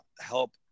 help